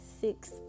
six